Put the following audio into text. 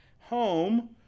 home